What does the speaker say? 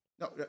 No